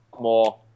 more